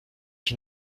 qui